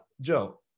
Joe